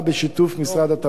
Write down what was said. בשיתוף משרד התמ"ת.